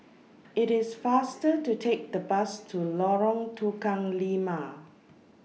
IT IS faster to Take The Bus to Lorong Tukang Lima